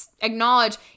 acknowledge